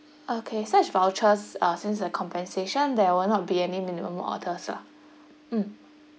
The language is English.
okay such vouchers uh since it's compensation there will not be any minimum others lah mm